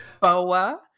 BOA